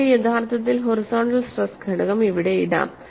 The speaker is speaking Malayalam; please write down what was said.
നിങ്ങൾക്ക് യഥാർത്ഥത്തിൽ ഹൊറിസോണ്ടൽ സ്ട്രെസ് ഘടകം ഇവിടെ ഇടാം